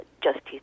Justice